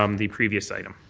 um the previous item.